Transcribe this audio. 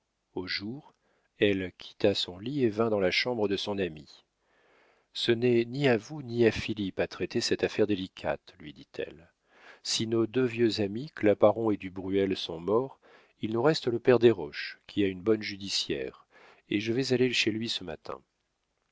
au jour elle quitta son lit et vint dans la chambre de son amie ce n'est ni à vous ni à philippe à traiter cette affaire délicate lui dit-elle si nos deux vieux amis claparon et du bruel sont morts il nous reste le père desroches qui a une bonne judiciaire et je vais aller chez lui ce matin